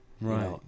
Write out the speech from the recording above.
right